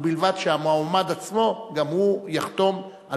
ובלבד שהמועמד עצמו גם הוא יחתום על